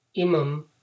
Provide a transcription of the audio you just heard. imam